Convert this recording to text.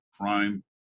Crime